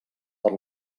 per